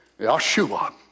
Yahshua